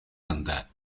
anda